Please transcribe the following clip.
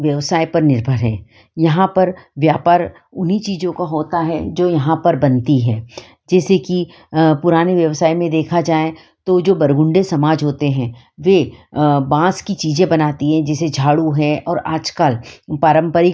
व्यवसाय पर निर्भर है यहाँ पर व्यापार उन्हीं चीज़ों का होता है जो यहाँ पर बनती है जैसे कि पुराने व्यवसाय में देखा जाए तो जो बरमुंडे समाज होते हैं वह बाँस की चीज़ें बनाती हैं जिसे झाड़ू हैं और आजकल पारम्पारिक